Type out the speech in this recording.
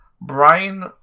Brian